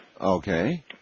Okay